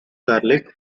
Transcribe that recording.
garlic